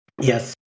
Yes